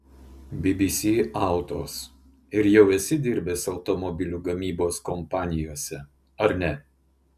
bbc autos ir jau esi dirbęs automobilių gamybos kompanijose ar ne